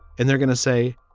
and they're going to say,